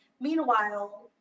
Meanwhile